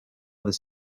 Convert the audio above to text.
other